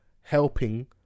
helping